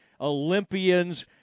Olympians